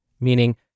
meaning